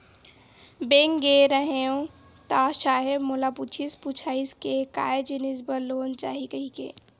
Bank गे रेहे हंव ता साहेब मोला पूछिस पुछाइस के काय जिनिस बर लोन चाही कहिके?